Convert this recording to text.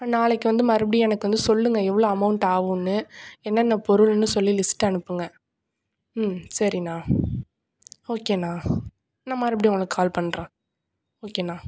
நாளைக்கு வந்து மறுபடியும் எனக்கு வந்து சொல்லுங்கள் எவ்வளோ அமௌண்ட் ஆகுன்னு என்னென்ன பொருள்னு சொல்லி லிஸ்ட் அனுப்புங்கள் ம் சரிண்ணா ஓகேண்ணா நான் மறுபடியும் உங்களுக்கு கால் பண்ணுறேன் ஓகேண்ணா